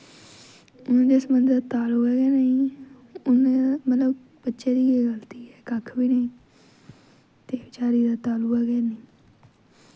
हून जिस बंदे दा तालू गै नेईं हून मतलब बच्चे दी केह् गलती ऐ कक्ख बी नी ते बेचारे दा तालुआ गै हैनी